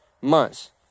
months